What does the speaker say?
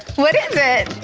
what is it?